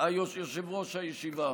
יושב-ראש הישיבה,